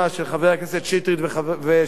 של חבר הכנסת שטרית ושלי.